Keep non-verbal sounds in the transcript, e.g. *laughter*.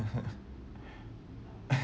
*laughs*